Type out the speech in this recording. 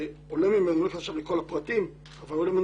שעולה ממנו אני לא נכנס עכשיו לכל הפרטים עולה ממנו